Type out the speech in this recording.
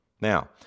Now